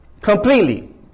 Completely